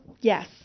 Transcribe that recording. yes